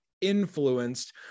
influenced